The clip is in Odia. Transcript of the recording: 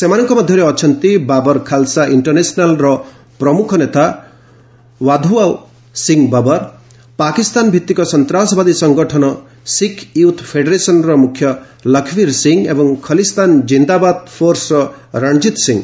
ସେମାନଙ୍କ ମଧ୍ୟରେ ଅଛନ୍ତି ବାବର ଖାଲ୍ସା ଇଷ୍ଟରନ୍ୟାସନାଲ୍ର ପ୍ରମୁଖ ନେତା ୱାଧୁଓ୍ୱା ସିଂ ବବ୍ର ପାକିସ୍ତାନ ଭିତ୍ତିକ ସନ୍ତାସବାଦୀ ସଂଗଠନ ଶିଖ୍ ୟୁଥ୍ ଫେଡେରେସନ୍ର ମୁଖ୍ୟ ଲଖ୍ବୀର ସିଂ ଏବଂ ଖଲିସ୍ଥାନ ଜିନ୍ଦାବାଦ ଫୋର୍ସର ରଣଜିତ୍ ସିଂ